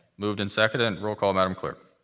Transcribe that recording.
moved and seconded. roll call, madam clerk.